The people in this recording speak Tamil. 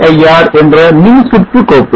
cir என்ற மின்சுற்று கோப்பு